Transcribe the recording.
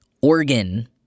organ